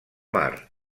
mar